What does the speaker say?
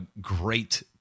great